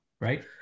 right